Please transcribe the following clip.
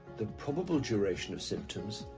the probable duration of symptoms,